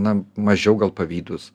na mažiau gal pavydūs